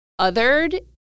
othered